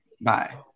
Bye